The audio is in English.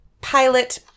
pilot